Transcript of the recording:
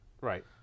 Right